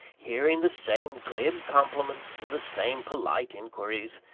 hearing the same glib compliments, and the same polite inquiries,